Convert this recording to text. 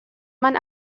man